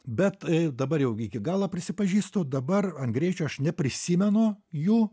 bet dabar jau iki galo prisipažįstu dabar ant greičio aš neprisimenu jų